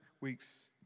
weeks